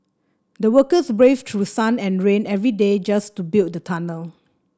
the workers braved through sun and rain every day just to build the tunnel